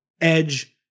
Edge